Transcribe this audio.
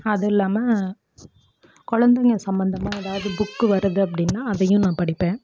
அதுவும் இல்லாமல் குழந்தைங்க சம்பந்தமா ஏதாவது புக்கு வருது அப்படினா அதையும் நான் படிப்பேன்